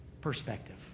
perspective